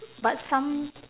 but some